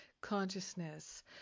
consciousness